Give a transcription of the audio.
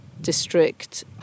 District